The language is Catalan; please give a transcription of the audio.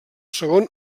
segon